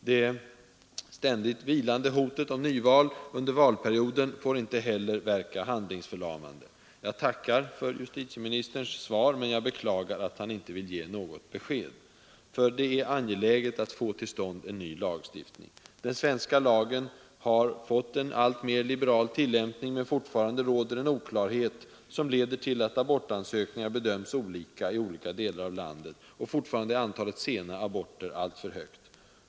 Det ständiga hotet om nyval under valperioden får inte heller verka handlingsförlamande. Jag tackar för justitieministerns svar men beklagar att han inte vill ge något besked. En ny lagstiftning är nämligen angelägen. Den svenska lagen har fått en alltmer liberal tillämpning, men fortfarande råder en oklarhet som leder till att abortansökningar bedöms olika i olika delar av landet, och fortfarande är antalet sena aborter alltför högt.